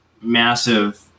massive